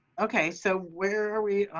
okay, so where are we?